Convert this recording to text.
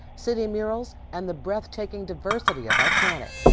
city murals and the breathtaking diversity of our planet.